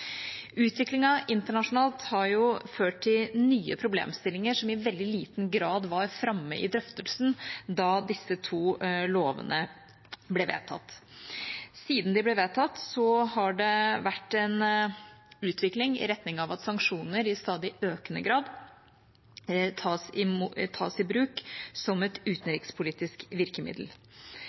Utviklingen internasjonalt har ført til nye problemstillinger som i veldig liten grad var framme i drøftelsen da disse to lovene ble vedtatt. Siden de ble vedtatt, har det vært en utvikling i retning av at sanksjoner i stadig økende grad tas i bruk som et utenrikspolitisk virkemiddel.